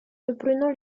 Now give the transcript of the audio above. reprenant